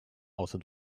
außer